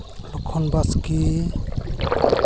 ᱞᱚᱠᱠᱷᱚᱱ ᱵᱟᱥᱠᱮ